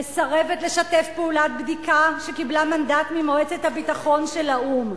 מסרבת לשתף פעולה בבדיקה שקיבלה מנדט ממועצת הביטחון של האו"ם,